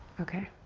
okay.